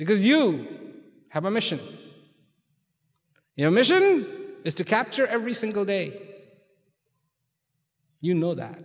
because you have a mission your mission is to capture every single day you know that